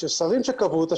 של שרים שקבעו אותה,